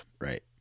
Right